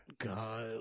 God